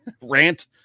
rant